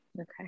Okay